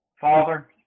father